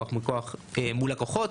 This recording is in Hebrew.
כוח מיקוח מול לקוחות.